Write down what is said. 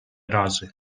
razy